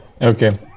Okay